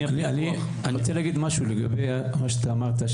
אני רוצה להגיד משהו לגבי מה שאתה אמרת,